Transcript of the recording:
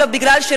אלא כי לדעתי,